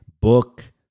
book